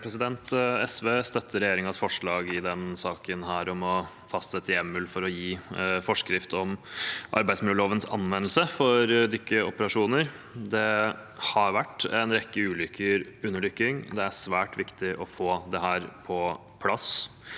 SV støtter regjeringens forslag i denne saken om å fastsette hjemmel for å gi forskrift om arbeidsmiljølovens anvendelse for dykkeoperasjoner. Det har vært en rekke ulykker under dykking, og det er svært viktig å få dette på plass.